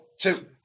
two